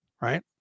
Right